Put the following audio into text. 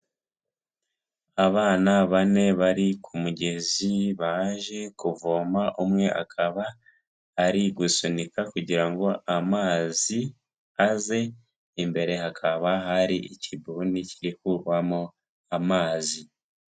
Abana bane bari ku mugezi baje kuvoma, umwe akaba ari gusunika kugira ngo amazi aze, imbere hakaba hari ikibuni kiri kugwamo amazi.